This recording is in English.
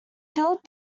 philip